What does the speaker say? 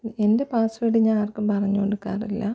എൻ്റെ പാസ്സ്വേർഡ് ഞാൻ ആർക്കും പറഞ്ഞുകൊടുക്കാറില്ല